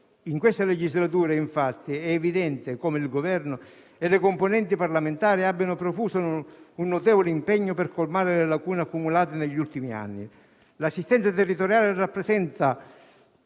In questa legislatura è evidente come il Governo e le componenti parlamentari abbiano profuso un notevole impegno per colmare le lacune accumulate negli ultimi anni. L'assistenza territoriale rappresentava